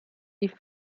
die